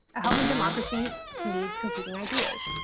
a healthy democracy needs competing ideas.